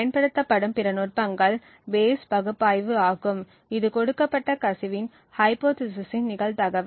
பயன்படுத்தப்படும் பிற நுட்பங்கள் பேயஸ் பகுப்பாய்வு ஆகும் இது கொடுக்கப்பட்ட கசிவின் ஹைப்போதீசிசின் நிகழ்தகவு